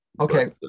Okay